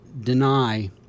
deny